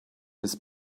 his